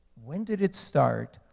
when did it start?